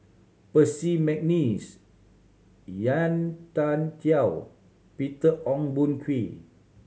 Percy McNeice Yan Tian Peter Ong Boon Kwee